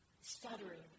stuttering